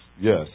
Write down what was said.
yes